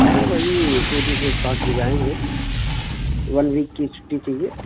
ارے وہی tourist spot پر جائیں گے ون ویک کی چھٹی چاہیے